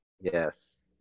yes